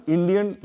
Indian